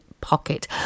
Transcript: Pocket